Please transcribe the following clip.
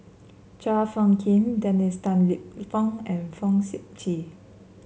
Chua Phung Kim Dennis Tan Lip Fong and Fong Sip Chee